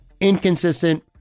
inconsistent